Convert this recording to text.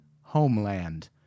homeland